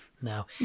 no